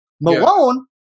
Malone